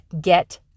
get